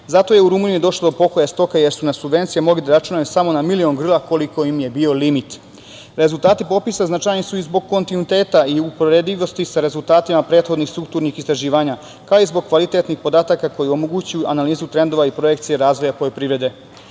Zato je u Rumuniji došlo do pokolja stoke jer su na subvencije mogli da računaju samo na milion grla koliki im je bio limit. Rezultati popisa značajni su i zbog kontinuiteta i uporedivosti sa rezultatima prethodnih strukturnih istraživanja, kao i zbog kvalitetnih podataka koji omogućavaju analizu trendova i projekcije razvoja poljoprivrede.